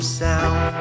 sound